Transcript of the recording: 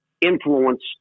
influence